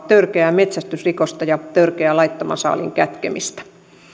törkeää metsästysrikosta ja törkeää laittoman saaliin kätkemistä